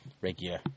regular